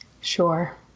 sure